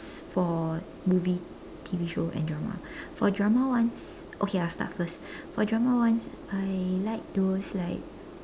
for movie T_V show and drama for drama ones okay I'll start first for drama ones I like those like